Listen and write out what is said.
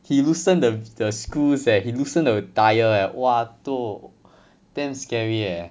he loosened the the screws eh he loosened the tyre eh !wah! toh damn scary eh